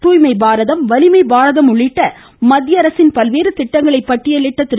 தூய்மை பாரதம் வலிமை பாரதம் உள்ளிட்ட மத்திய அரசின் பல்வேறு திட்டங்களை பட்டியலிட்ட திரு